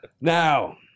Now